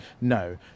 no